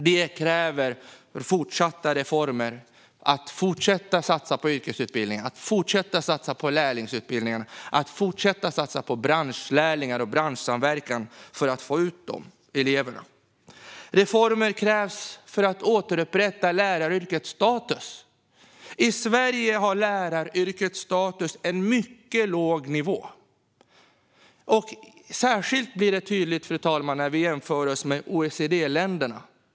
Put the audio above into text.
Detta kräver fortsatta reformer, att vi fortsätter att satsa på yrkesutbildningarna och på lärlingsutbildningarna samt att vi fortsätter att satsa på branschlärlingar och branschsamverkan för att få ut dessa elever. Reformer krävs för att återupprätta läraryrkets status. I Sverige ligger läraryrkets status på en mycket låg nivå. Särskilt tydligt blir detta, fru talman, när vi jämför oss med OECD-länderna.